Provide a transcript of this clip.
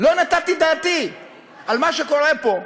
לא נתתי דעתי על מה שקורה פה,